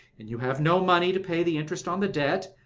and you have no money to pay the interest on the debt,